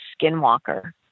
skinwalker